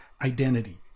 identity